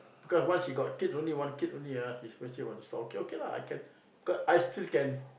because once he got kid only one kid only ah he surely want to start working I say okay okay lah I can because I still can